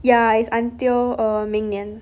ya is until uh 明年